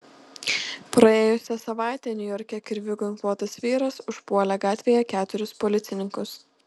praėjusią savaitę niujorke kirviu ginkluotas vyras užpuolė gatvėje keturis policininkus